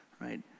right